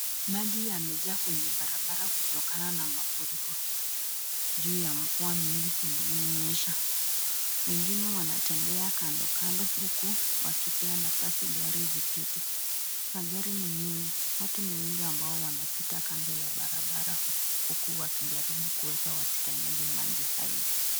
Maji yamejaa kwenye barabara kutokana na mafuriko juu ya mvua nyingi iliyonyesha. Wengine wanatembea kando kando huku wakipea nafasi gari zipite. Magari ni mingi, watu ni wengi ambao wanapita kando ya kabarabara huku wakijaribu kuhepa wasikanyange maji hayo.